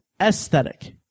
Aesthetic